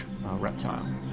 reptile